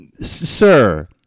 Sir